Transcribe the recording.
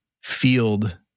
field